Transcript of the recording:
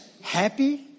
happy